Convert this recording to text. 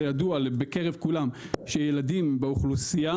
זה ידוע בקרב כולם שילדים באוכלוסייה